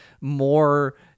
more